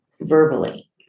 verbally